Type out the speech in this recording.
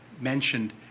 mentioned